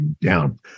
down